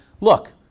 look